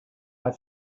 have